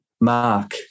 Mark